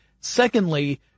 Secondly